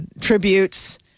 tributes